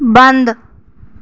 बंद